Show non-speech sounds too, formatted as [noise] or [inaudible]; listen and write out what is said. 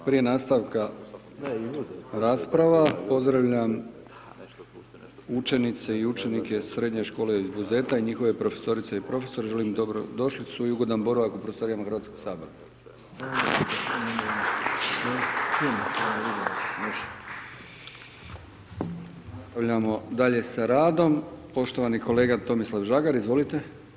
Prije nastavka rasprava pozdravljam učenice u učenike Srednje škole iz Buzeta i njihove profesorice i profesore, želim dobrodošlicu i ugodan boravak u prostorijama HS… [applause] Nastavljamo dalje sa radom, poštovani kolega Tomislav Žagar, izvolite.